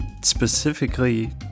specifically